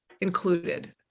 included